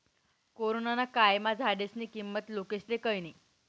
corona ना कायमा झाडेस्नी किंमत लोकेस्ले कयनी